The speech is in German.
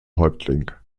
häuptling